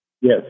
Yes